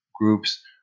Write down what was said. groups